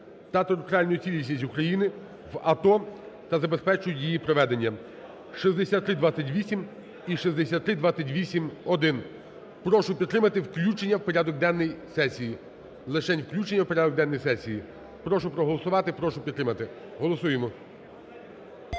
та територіальну цілісність України в АТО та забезпечують її проведення (6328 і 6328-1). Прошу підтримати включення в порядок денний сесії, лишень включення в порядок денний сесії. Прошу проголосувати, прошу підтримати. Голосуємо.